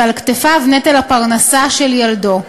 שעל כתפיו נטל הפרנסה של ילדו,